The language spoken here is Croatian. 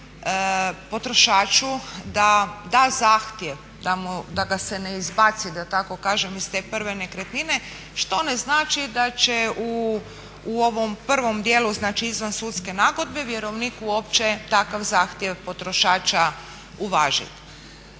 potrošaču da da zahtjev da ga se ne izbaci da tako kažem iz te prve nekretnine što ne znači da će u ovom prvom dijelu znači izvansudske nagodbe vjerovnik uopće takav zahtjev potrošača uvažit.